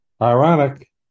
Ironic